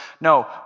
No